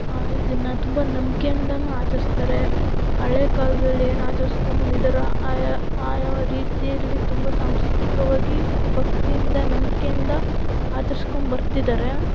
ಇದನ್ನು ತುಂಬ ನಂಬಿಕೆಯಿಂದನೂ ಆಚರಿಸ್ತಾರೆ ಹಳೆ ಕಾಲದಲ್ಲಿ ಏನು ಆಚರಿಸ್ಕೊಂಬಂದಿದ್ದಾರೊ ಆಯಾ ಆಯಾ ರೀತಿಯಲ್ಲಿ ತುಂಬ ಸಾಂಸ್ಕೃತಿಕವಾಗಿ ಮತ್ತು ಭಕ್ತಿಯಿಂದ ನಂಬಿಕೆಯಿಂದ ಆಚರಿಸ್ಕೊಂಬರ್ತಿದ್ದಾರೆ